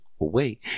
away